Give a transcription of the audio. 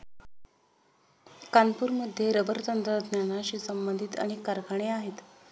कानपूरमध्ये रबर तंत्रज्ञानाशी संबंधित अनेक कारखाने आहेत